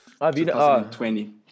2020